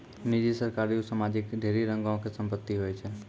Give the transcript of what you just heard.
निजी, सरकारी आरु समाजिक ढेरी रंगो के संपत्ति होय छै